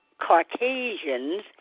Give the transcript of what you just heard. Caucasians